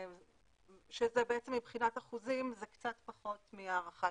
שזה מבחינת אחוזים זה קצת פחות מההערכה